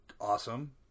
Awesome